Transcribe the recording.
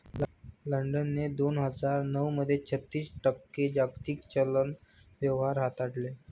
लंडनने दोन हजार नऊ मध्ये छत्तीस टक्के जागतिक चलन व्यवहार हाताळले